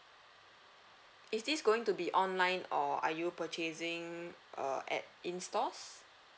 is this going to be online or are you purchasing uh at in stores